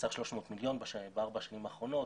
בסך 300 מיליון בארבע השנים האחרונות,